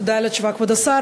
תודה על התשובה, כבוד השר.